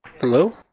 Hello